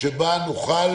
שבה נוכל